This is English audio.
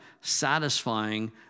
satisfying